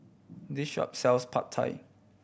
this shop sells Pad Thai